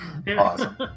Awesome